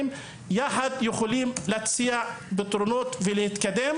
וביחד יכולים להציע פתרונות ולהתקדם.